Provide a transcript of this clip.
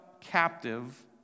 captive